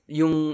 yung